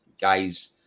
guys